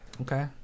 Okay